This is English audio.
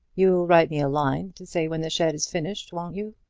you'll write me a line to say when the shed is finished, won't you?